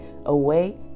away